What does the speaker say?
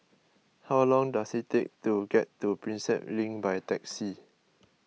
how long does it take to get to Prinsep Link by taxi